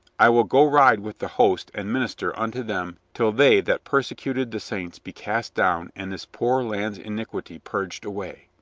i will go ride with the host and minister unto them till they that persecuted the saints be cast down and this poor land's iniquity purged away.